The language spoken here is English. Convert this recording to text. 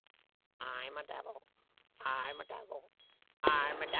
i'm a devil i'm a devil i'm a devil,